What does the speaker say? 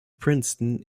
princeton